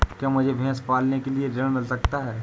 क्या मुझे भैंस पालने के लिए ऋण मिल सकता है?